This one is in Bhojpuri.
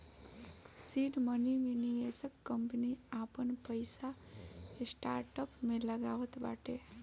सीड मनी मे निवेशक कंपनी आपन पईसा स्टार्टअप में लगावत बाटे